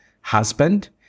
husband